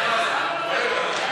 לוועדת הכנסת לא נתקבלה.